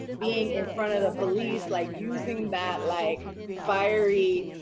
being in front of the police. like using that like fiery